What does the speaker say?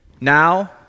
Now